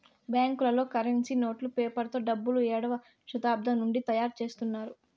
బ్యాంకులలో కరెన్సీ నోట్లు పేపర్ తో డబ్బులు ఏడవ శతాబ్దం నుండి తయారుచేత్తున్నారు